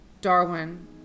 Darwin